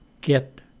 get